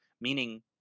meaning